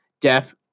Deaf